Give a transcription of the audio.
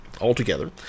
altogether